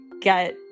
get